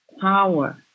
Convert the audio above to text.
power